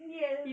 yes